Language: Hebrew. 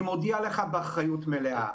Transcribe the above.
אני מודיע לך באחריות מלאה,